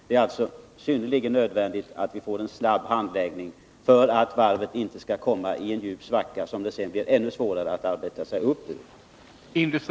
Det är alltså synnerligen nödvändigt att vi får en snabb handläggning, för att varvet inte skall komma i en djup svacka som det sedan blir ännu svårare att arbeta sig upp ur.